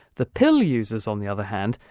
the pill-users, on the other hand,